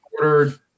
ordered